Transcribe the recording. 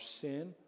sin